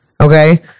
Okay